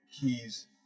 Keys